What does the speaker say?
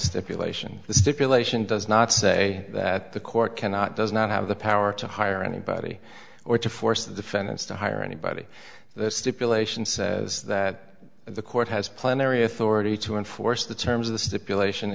stipulation the stipulation does not say that the court cannot does not have the power to hire anybody or to force the defendants to hire anybody the stipulation says that the court has plenary authority to enforce the terms of the stipulation